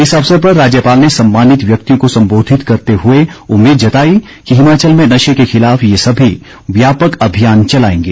इस अवसर पर राज्यपाल ने सम्मानित व्यक्तियों को सम्बोधित करते हुए उम्मीद जताई कि हिमाचल में नशे के खिलाफ ये सभी व्यापक अभियान चलाएंगे